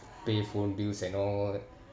pay phone bills and all